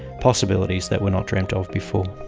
possibilities that were not dreamt of before.